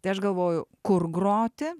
tai aš galvoju kur groti